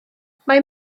mae